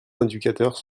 indicateurs